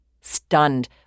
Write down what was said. Stunned